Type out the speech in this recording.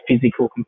physical